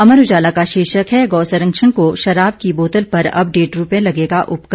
अमर उजाला का शीर्षक है गो संरक्षण को शराब की बोतल पर अब डेढ़ रुपये लगेगा उपकर